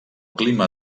clima